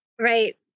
right